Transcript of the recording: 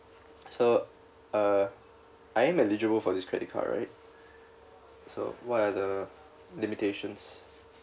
so uh I am eligible for this credit card right so what are the limitations